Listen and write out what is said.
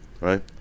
right